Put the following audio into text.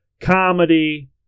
comedy